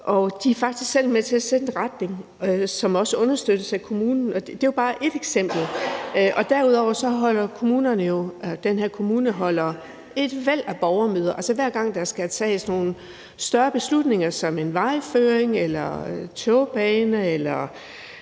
selv med til at sætte en retning, som også understøttes af kommunen. Det er jo bare ét eksempel. Derudover holder den her kommune et væld af borgermøder. Hver gang der skal tages nogle større beslutninger som en vejføring eller togbane,